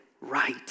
right